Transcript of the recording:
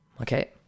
Okay